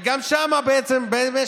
להעביר את התקציב, וגם אז, במשך